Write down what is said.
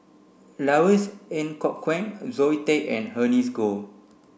Louis Ng Kok Kwang Zoe Tay and Ernest Goh